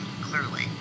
clearly